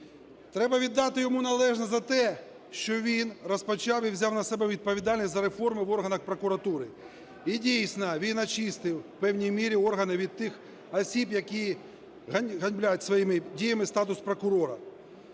Треба йому віддати належне за те, що він розпочав і взяв на себе відповідальність за реформи в орган прокуратури. І дійсно він очистив у певній мірі органи від тих осіб, які ганьблять своїми діями статус прокурора,